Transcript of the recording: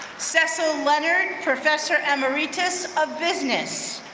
cecile leonard, professor emeritus of business.